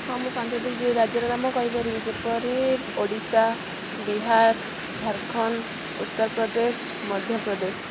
ହଁ ମୁଁ ପାଞ୍ଚୋଟି ଯେ ରାଜ୍ୟର ନାମ କହିପାରିବି ଯେପରି ଓଡ଼ିଶା ବିହାର ଝାରଖଣ୍ଡ ଉତ୍ତରପ୍ରଦେଶ ମଧ୍ୟପ୍ରଦେଶ